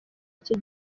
iki